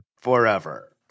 Forever